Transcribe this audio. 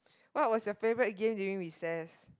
what was your favorite game during recess